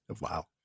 Wow